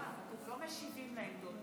לא מגיבים על מה שנאמר,